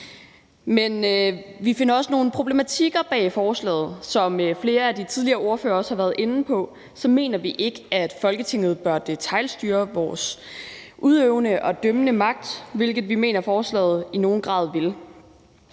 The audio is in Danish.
Men vi finder også nogle problematiske ting i forslaget. Som flere af de tidligere ordførere også har været inde på, mener vi ikke, at Folketinget bør detailstyre vores udøvende og dømmende magt, hvilket vi mener forslaget i nogen grad vil